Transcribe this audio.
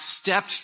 stepped